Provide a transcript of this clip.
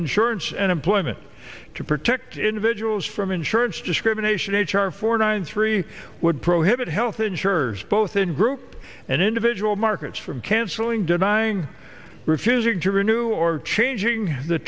insurance and employment to protect individuals from insurance discrimination h r four nine three would prohibit health insurers both in group and individual markets from canceling denying refusing to renew or changing the